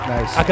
Nice